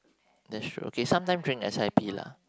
that's true ok sometime during S_I_P lah